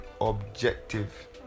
objective